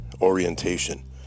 orientation